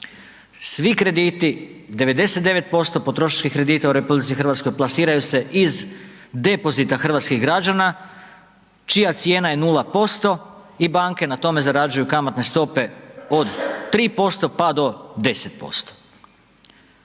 svi krediti, 99% potrošačkih kredita u RH plasiraju se iz depozita hrvatskih građana čija cijena je 0% i banke na tome zarađuju kamatne stope od 3% pa do 10%.